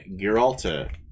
Giralta